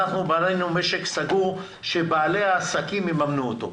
אנחנו בנינו משק סגור שבעלי העסקים יממנו אותו.